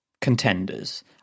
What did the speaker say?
contenders